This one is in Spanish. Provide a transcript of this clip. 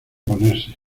ponerse